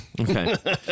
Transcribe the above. Okay